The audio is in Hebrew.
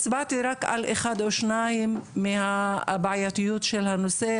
הצבעתי על אחד או שניים מהבעייתיות של הנושא,